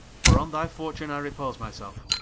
for on thy fortune i repose my selfe